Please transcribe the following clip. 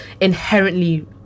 inherently